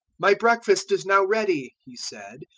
my breakfast is now ready he said,